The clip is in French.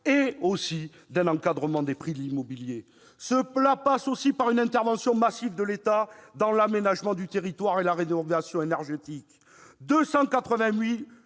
et par un encadrement des prix de l'immobilier. Cela passe aussi par une intervention massive de l'État dans l'aménagement du territoire et la rénovation énergétique.